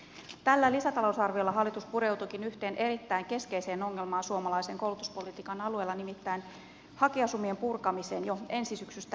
tällä lisätalousarviolla hallitus pureutuukin yhteen erittäin keskeiseen ongelmaan suomalaisen koulutuspolitiikan alueella nimittäin hakijasumien purkamiseen jo ensi syksystä lähtien